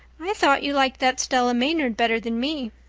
i thought you liked that stella maynard better than me,